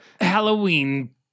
Halloween